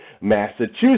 Massachusetts